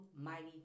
mighty